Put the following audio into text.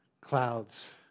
Clouds